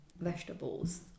vegetables